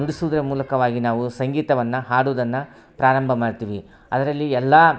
ನುಡಿಸುವುದರ ಮೂಲಕವಾಗಿ ನಾವು ಸಂಗೀತವನ್ನು ಹಾಡುವುದನ್ನು ಪ್ರಾರಂಭ ಮಾಡ್ತೀವಿ ಅದರಲ್ಲಿ ಎಲ್ಲ